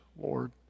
Lord